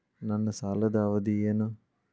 ನನ್ನ ಸಾಲದ ಅವಧಿ ಏನು?